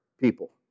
people